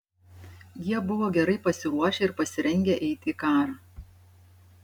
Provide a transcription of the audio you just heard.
jie buvo gerai pasiruošę ir pasirengę eiti į karą